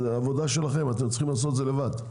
זו עבודה שלכם, אתם צריכים לעשות את זה לבד.